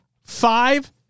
five